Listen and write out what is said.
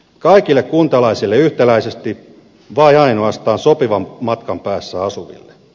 kaikille kuntalaisille yhtäläisesti vai ainoastaan sopivan matkan päässä asuville